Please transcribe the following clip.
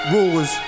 Rulers